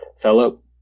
fellow